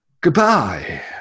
Goodbye